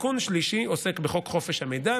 תיקון שלישי עוסק בחוק חופש המידע.